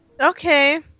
Okay